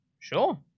sure